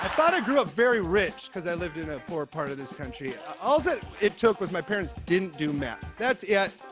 but grew up very rich, cause i lived in a poor part of this country. all it took was my parents didn't do meth. that's it.